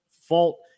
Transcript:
fault